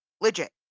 Legit